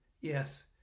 yes